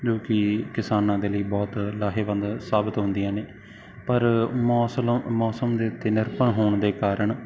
ਜੋ ਕਿ ਕਿਸਾਨਾਂ ਦੇ ਲਈ ਬਹੁਤ ਲਾਹੇਵੰਦ ਸਾਬਤ ਹੁੰਦੀਆਂ ਨੇ ਪਰ ਮੋਸਲ ਮੌਸਮ ਦੇ ਉੱਤੇ ਨਿਰਭਰ ਹੋਣ ਦੇ ਕਾਰਨ